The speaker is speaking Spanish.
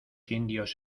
indios